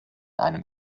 einem